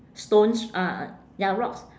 stones uh ya rocks